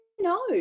no